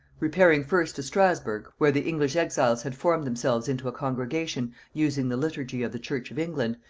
repairing first to strasburgh, where the english exiles had formed themselves into a congregation using the liturgy of the church of england,